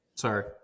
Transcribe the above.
Sorry